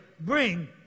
bring